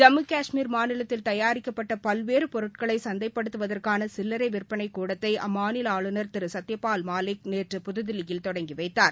ஜம்மு கஷ்மீர் மாநிலத்தில் தயாரிக்கப்பட்டபல்வேறுபொருட்களைசந்தைப்படுத்துவதற்கானசில்லறைவிற்பளைகூடத்தைஅம்மாநிலஆளுநர் திருசத்யாபால் மாலிக் நேற்று புதுதில்லியில் தொடங்கிவைத்தார்